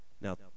now